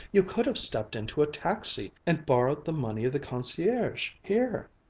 you could have stepped into a taxi and borrowed the money of the concierge here.